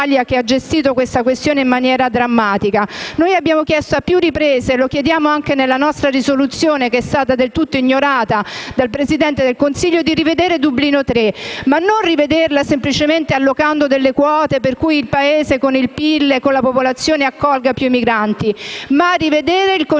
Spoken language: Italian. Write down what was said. grazie a tutto